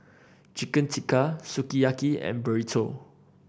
Chicken Tikka Sukiyaki and Burrito